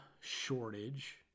shortage